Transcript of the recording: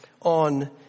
on